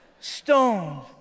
Stoned